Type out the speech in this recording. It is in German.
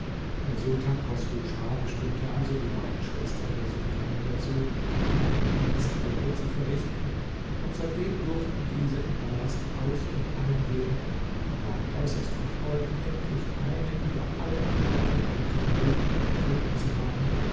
der sultan chosru schah bestimmte also die beiden schwestern der sultanin dazu hebammendienst bei ihr zu verrichten und seitdem durften diese im palast aus und eingehen und waren äußerst erfreut endlich eine über alle erwartung gute gelegenheit gefunden zu haben